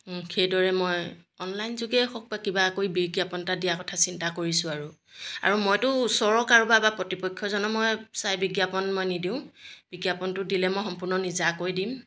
সেইদৰে মই অনলাইন যুগেই হওক বা কিবাকৈ বিজ্ঞাপন এটা দিয়াৰ কথা চিন্তা কৰিছোঁ আৰু আৰু মইতো ওচৰৰ কাৰোবাৰ বা প্ৰতিপক্ষজনক মই চাই বিজ্ঞাপন মই নিদিওঁ বিজ্ঞাপনটো দিলে মই সম্পূৰ্ণ নিজাকৈ দিম